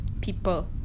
people